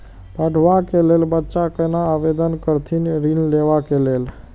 पढ़वा कै लैल बच्चा कैना आवेदन करथिन ऋण लेवा के लेल?